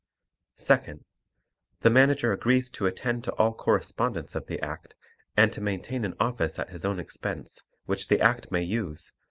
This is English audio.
second the manager agrees to attend to all correspondence of the act and to maintain an office at his own expense, which the act may use,